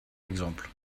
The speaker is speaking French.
exemple